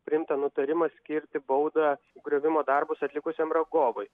priimtą nutarimą skirti baudą griovimo darbus atlikusiam rangovui